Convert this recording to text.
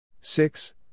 six